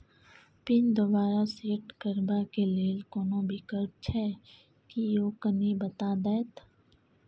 Pin दोबारा set करबा के लेल कोनो विकल्प छै की यो कनी बता देत?